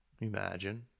Imagine